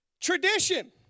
Tradition